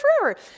forever